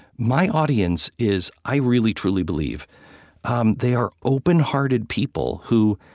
my audience is i really truly believe um they are open-hearted people who,